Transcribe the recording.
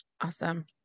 awesome